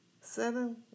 Seven